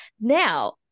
Now